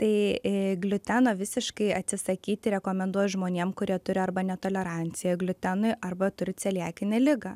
tai gliuteno visiškai atsisakyti rekomenduoju žmonėm kurie turi arba netoleranciją gliutenui arba turi celiakinę ligą